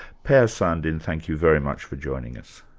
per sandin, thank you very much for joining us.